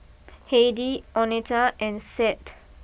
Heidy Oneta and Seth